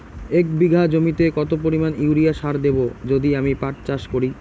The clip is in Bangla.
এক বিঘা জমিতে কত পরিমান ইউরিয়া সার দেব যদি আমি পাট চাষ করি?